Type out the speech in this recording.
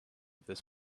this